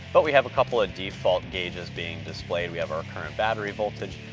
but we have a couple of default gauges being displayed, we have our current battery voltage,